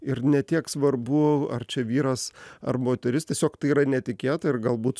ir ne tiek svarbu ar čia vyras ar moteris tiesiog tai yra netikėta ir galbūt